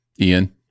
Ian